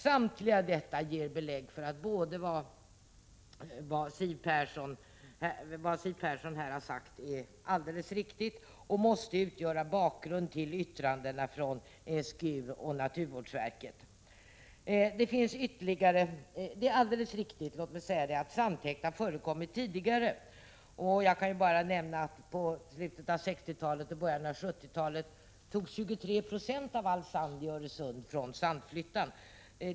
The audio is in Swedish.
Samtliga publikationer ger belägg för att det som Siw Persson här har sagt är alldeles riktigt och att det måste få utgöra bakgrunden till yttrandena från SGU och naturvårdsverket. Det är vidare helt riktigt att sandtäkt har förekommit tidigare. I slutet av 60-talet och i början av 70-talet togs 23 96 av all sand i Öresund från Sandflyttan.